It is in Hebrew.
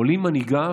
עולים מנהיגיו,